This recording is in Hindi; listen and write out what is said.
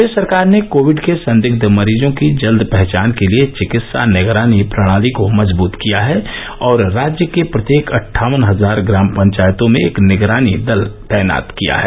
प्रदेश सरकार ने कोविड के संदिग्ध मरीजों की जल्द पहचान के लिये चिकित्सा निगरानी प्रणाली को मजबूत किया है और राज्य के प्रत्येक अटठावन हजार ग्राम पंचायतों में एक निगरानी दल तैनात किया है